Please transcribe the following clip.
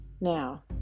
Now